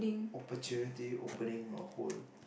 opportunity opening or hold